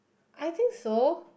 I think so